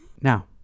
Now